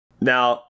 Now